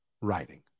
writing